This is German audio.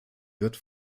wird